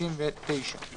התשכ"ט 1969,